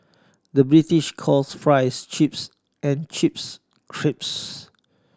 the British calls fries chips and chips crisps